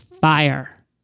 fire